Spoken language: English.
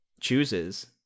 chooses